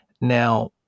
Now